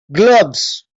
gloves